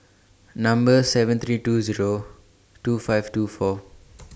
Number seven three two Zero two five two four